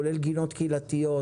כולל גינות הקהילתיות.